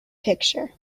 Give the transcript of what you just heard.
picture